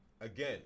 Again